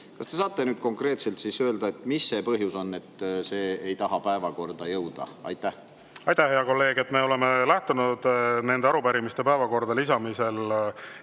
Kas te saate konkreetselt öelda, mis see põhjus on, et see ei taha päevakorda jõuda? Aitäh, hea kolleeg! Me oleme lähtunud arupärimiste päevakorda lisamisel